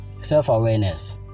self-awareness